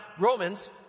Romans